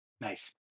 Nice